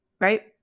right